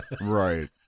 right